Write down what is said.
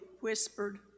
whispered